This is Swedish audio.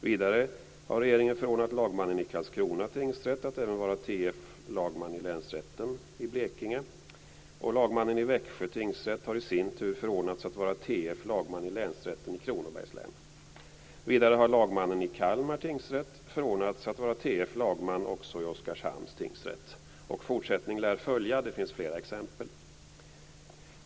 Vidare har regeringen förordnat lagmannen i Karlskrona tingsrätt att även vara t.f. lagman i länsrätten i Blekinge. Lagmannen i Växjö tingsrätt har i sin tur förordnats att vara t.f. lagman i länsrätten i Kronobergs län. Vidare har lagmannen i Kalmar tingsrätt förordnats att vara t.f. lagman också i Oskarshamns tingsrätt. Fortsättningen lär följa, det finns flera exemepl.